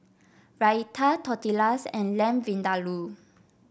Raita Tortillas and Lamb Vindaloo